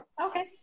okay